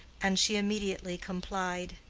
and she immediately complied.